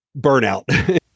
burnout